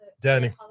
Danny